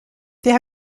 there